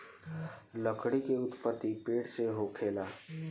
लकड़ी के उत्पति पेड़ से होखेला